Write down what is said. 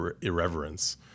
irreverence